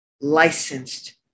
licensed